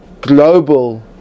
global